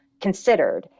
considered